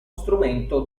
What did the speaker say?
strumento